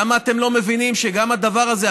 למה אתם לא מבינים שגם הדבר הזה,